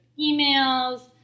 emails